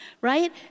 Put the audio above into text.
right